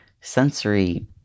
sensory